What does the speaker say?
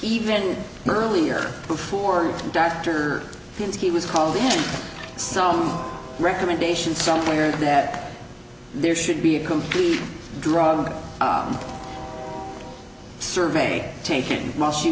even earlier before dr pinsky was called in some recommendation somewhere that there should be a complete drug survey taking my she